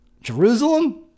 Jerusalem